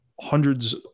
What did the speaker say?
hundreds